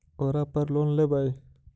ओरापर लोन लेवै?